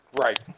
Right